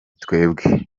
twebwe